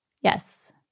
Yes